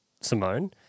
Simone